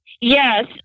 Yes